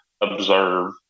observe